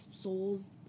souls